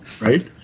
right